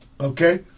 Okay